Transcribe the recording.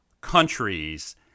countries